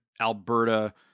Alberta